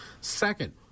Second